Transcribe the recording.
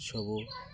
ସବୁ